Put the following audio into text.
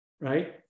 right